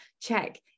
check